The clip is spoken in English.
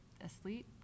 asleep